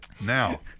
now